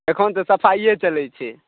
एखन तऽ सफाइए चलैत छै